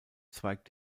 zweigt